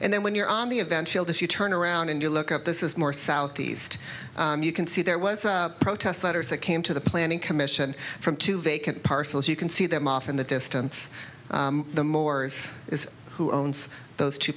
and then when you're on the eventually as you turn around and you look up this is more southeast you can see there was a protest letters that came to the planning commission from two vacant parcels you can see them off in the distance the mors is who owns those two